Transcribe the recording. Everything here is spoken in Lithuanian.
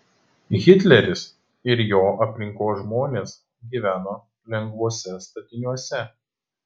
hitleris ir jo aplinkos žmonės gyveno lengvuose statiniuose